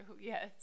yes